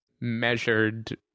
measured